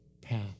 path